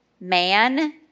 man